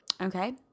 Okay